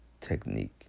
technique